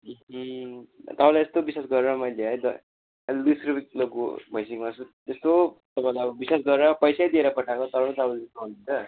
ए तपाईँलाई यस्तो विश्वास गरेर मैले है त दुई सय रुपियाँ किलोको भैँसीको मासु त्यस्तो तपाईँलाई अब विश्वास गरेर पैसै दिएर पठाएको तर पनि तपाईँले त्यस्तो गर्नुहुन्छ